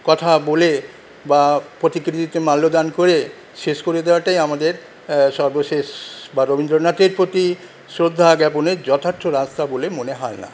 কথা বলে বা প্রতিকৃতিতে মাল্যদান করে শেষ করে দেওয়াটাই আমাদের সর্বশেষ বা রবীন্দ্রনাথের প্রতি শ্রদ্ধা জ্ঞাপনের যথার্থ রাস্তা বলে মনে হয় না